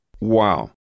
wow